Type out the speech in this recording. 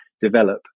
develop